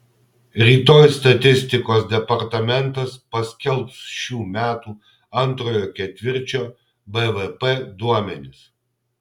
rytoj statistikos departamentas paskelbs šių metų antrojo ketvirčio bvp duomenis